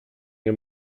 nie